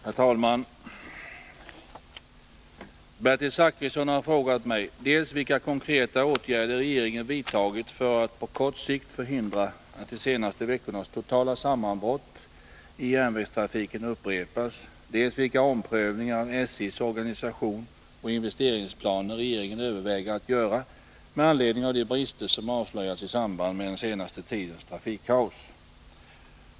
Herr talman! Bertil Zachrisson har frågat mig dels vilka konkreta åtgärder regeringen vidtagit för att på kort sikt förhindra att de senaste veckornas totala sammanbrott i järnvägstrafiken upprepas, dels vilka omprövningar av SJ:s organisation och investeringsplaner regeringen överväger att göra med anledning av de brister som avslöjats i samband med den senaste tidens trafikkaos.